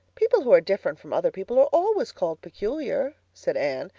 people who are different from other people are always called peculiar, said anne.